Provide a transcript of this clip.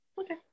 Okay